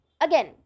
again